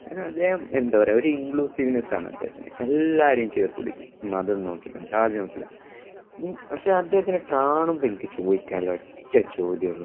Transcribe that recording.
അ അദ്ദേം എന്താണു പറയുക ഒരു ഇൻക്ലൂസീവ്നസ്സാണ് അദ്ദേഹത്തിന് എല്ലാവരെയും ചേർത്തുപിടിക്കും മതം നോക്കില്ല ജാതി നോക്കില്ല പക്ഷെ അദ്ദേഹത്തിനെ കാണുമ്പോള് എനിക്ക് ചോദിക്കാനുള്ള ഒറ്റ ചോദ്യമേ ഉള്ളൂ